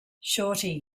shawty